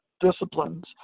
disciplines